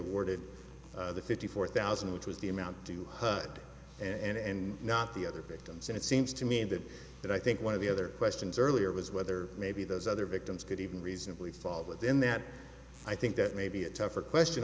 awarded the fifty four thousand which was the amount to cut and not the other victims and it seems to me that that i think one of the other questions earlier was whether maybe those other victims could even reasonably fall within that i think that may be a tougher question